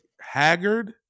haggard